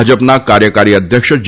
ભાજપના કાર્યકારી અધ્યક્ષ જે